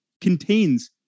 contains